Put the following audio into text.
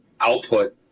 output